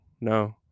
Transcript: no